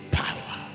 power